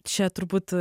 čia turbūt